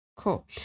Cool